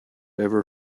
ever